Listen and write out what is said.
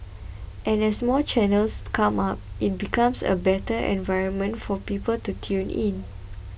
and as more channels come up it becomes a better environment for people to tune in